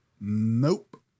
Nope